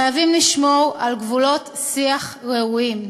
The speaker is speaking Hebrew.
חייבים לשמור על גבולות שיח ראויים.